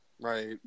Right